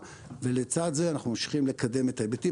לצד זה אנחנו ממשיכים לקדם את ההיבטים,